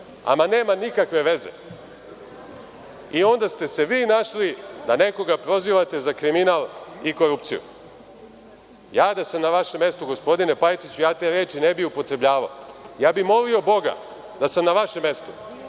Ama nema nikakve veze. I onda ste se vi našli da nekoga prozivate za kriminal i korupciju. Ja da sam na vašem mestu, gospodine Pajtiću, ja te reči ne bi upotrebljavao. Ja bi molio boga da sam na vašem mestu